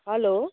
hello